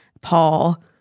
Paul